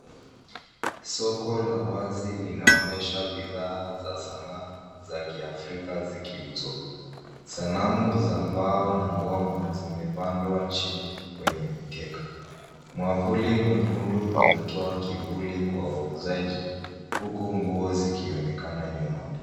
Soko la wazi linaonyesha bidhaa za sanaa za kiafrika zikiuzwa. Sanamu za mbao na ngoma zimepandwa chini kwenye mkeka. Mwavuli mwekundu unatoa kivuli kwa wauzaji uku nguo zikionekana nyuma.